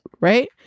Right